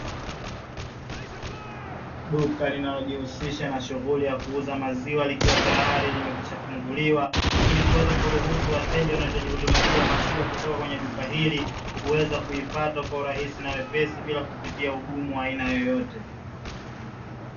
Duka linalojihusisha na shughuli ya kuuza maziwa likiwa tayari limekwishafunguliwa, ili kuweza kuruhusu wateja wanaohitaji huduma hii ya maziwa kutoka kwenye duka hili, kuweza kuipata kwa urahisi na wepesi bila kupitia ugumu wa aina yoyote.